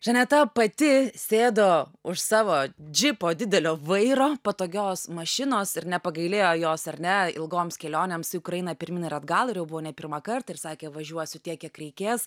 žaneta pati sėdo už savo džipo didelio vairo patogios mašinos ir nepagailėjo jos ar ne ilgoms kelionėms į ukrainą pirmyn ir atgal ir jau buvo ne pirmą kartą ir sakė važiuosiu tiek kiek reikės